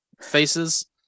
faces